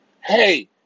hey